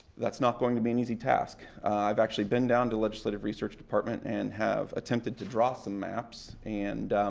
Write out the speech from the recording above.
that's not going to be an easy task. i've actually been down to legislative research department and have attempted to draw some maps, and